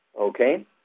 Okay